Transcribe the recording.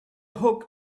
hook